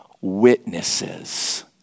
Witnesses